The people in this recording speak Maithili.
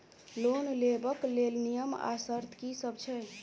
लोन लेबऽ कऽ लेल नियम आ शर्त की सब छई?